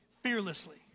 fearlessly